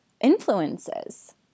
influences